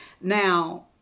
Now